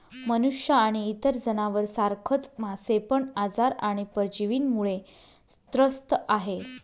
मनुष्य आणि इतर जनावर सारखच मासे पण आजार आणि परजीवींमुळे त्रस्त आहे